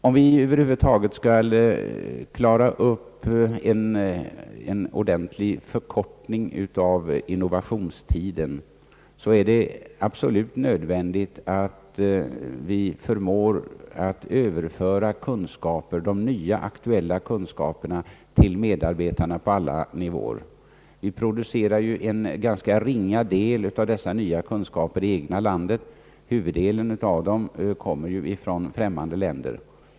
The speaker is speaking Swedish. Om vi över huvud taget skall kunna åstadkomma en ordentlig förkortning av innovationstiden, är det absolut nödvändigt att vi förmår att överföra de nya aktuella kunskaperna till medarbetarna på olika nivåer. Vi producerar ju en ganska ringa del av dessa nya kunskaper i det egna landet. Huvuddelen av dem kommer från främmande länder.